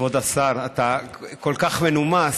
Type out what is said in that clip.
כבוד השר, אתה כל כך מנומס.